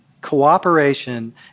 cooperation